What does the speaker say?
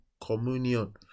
communion